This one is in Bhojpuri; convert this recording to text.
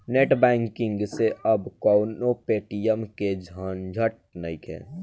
नेट बैंकिंग से अब कवनो पेटीएम के झंझट नइखे